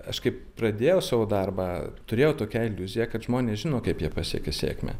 aš kaip pradėjau savo darbą turėjau tokią iliuziją kad žmonės žino kaip jie pasiekia sėkmę